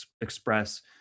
express